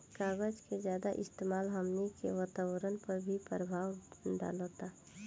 कागज के ज्यादा इस्तेमाल हमनी के वातावरण पर भी प्रभाव डालता